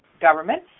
government